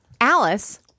Alice